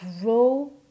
grow